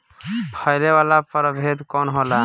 फैले वाला प्रभेद कौन होला?